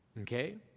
Okay